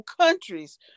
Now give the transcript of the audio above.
countries